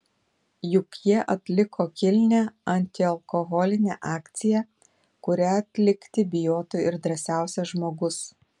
juk jie atliko kilnią antialkoholinę akciją kurią atlikti bijotų ir drąsiausias žmogus